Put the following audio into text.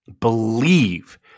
believe